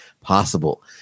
possible